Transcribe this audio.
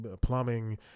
plumbing